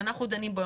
שאנחנו דנים פה,